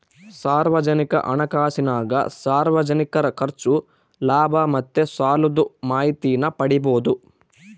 ಸಾರ್ವಜನಿಕ ಹಣಕಾಸಿನಾಗ ಸಾರ್ವಜನಿಕರ ಖರ್ಚು, ಲಾಭ ಮತ್ತೆ ಸಾಲುದ್ ಮಾಹಿತೀನ ಪಡೀಬೋದು